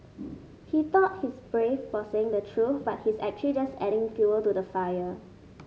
he thought he's brave for saying the truth but he's actually just adding fuel to the fire